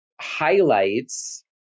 highlights